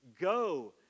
go